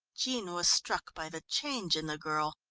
jean was struck by the change in the girl.